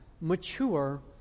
mature